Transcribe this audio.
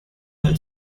were